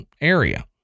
area